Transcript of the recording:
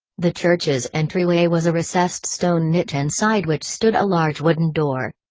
the church's entryway was a recessed stone niche inside which stood a large wooden door.